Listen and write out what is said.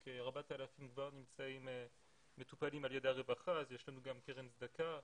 כ-4,000 כבר מטופלים על ידי הרווחה ולכן יש לנו גם קרן צדקה.